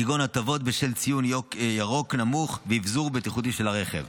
כגון הטבות בשל ציון ירוק נמוך ואבזור בטיחותי של הרכב.